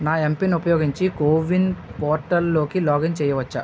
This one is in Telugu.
నా ఎంపిన్ ఉపయోగించి కోవిన్ పోర్టల్ లోకి లాగిన్ చేయవచ్చా